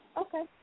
Okay